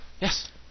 Yes